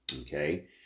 Okay